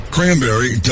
Cranberry